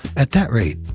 at that rate,